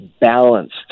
balanced